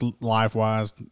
life-wise